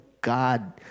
God